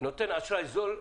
נותן אשראי זול,